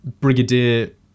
brigadier